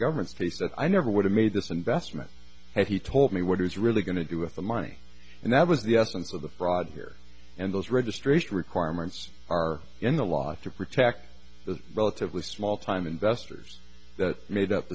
government's case that i never would have made this investment had he told me what is really going to do with the money and that was the essence of the fraud here and those registration requirements are in the law to protect those relatively small time investors that made up